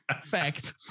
Fact